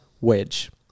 wedge